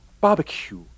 barbecue